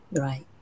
right